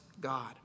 God